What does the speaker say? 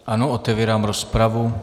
Ano, otevírám rozpravu.